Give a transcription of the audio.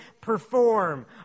perform